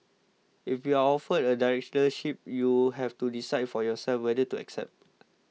if you are offered a Directorship you have to decide for yourself whether to accept